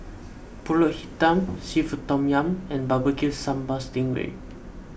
Pulut Hitam Seafood Tom Yum and B B Q Sambal Sting Ray